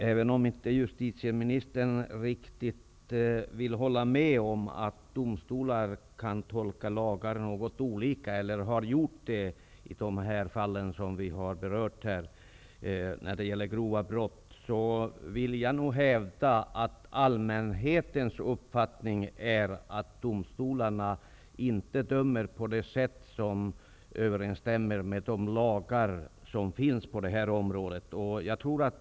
Herr talman! Även om justitieministern inte riktigt vill hålla med om att domstolar har tolkat lagar något olika i de fall av grova brott som vi har berört här, vill jag hävda att allmänhetens uppfattning är att domstolarna inte dömer på ett sätt som överensstämmer med de lagar som finns på detta område.